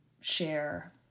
share